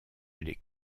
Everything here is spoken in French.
les